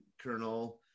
colonel